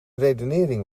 redenering